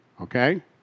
Okay